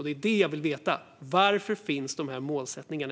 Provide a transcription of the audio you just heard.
Det är det jag vill veta: Varför finns inte målsättningarna?